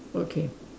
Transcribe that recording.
okay